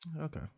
Okay